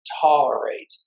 tolerate